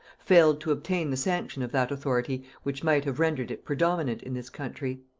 failed to obtain the sanction of that authority which might have rendered it predominant in this country.